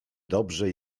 dobrze